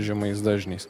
žemais dažniais